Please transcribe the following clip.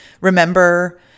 remember